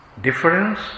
Difference